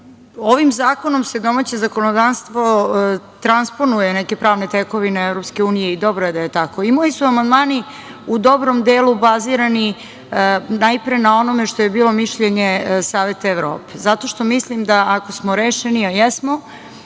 zakonom se domaće zakonodavstvo transponuje neke pravne tekovine EU, i dobro je da je tako. Moji su amandmani u dobrom delu bazirani, najpre na onome što je bio mišljenje Saveta Evrope, zato što mislim da, ako smo rešeni, a jesmo,